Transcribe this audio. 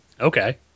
Okay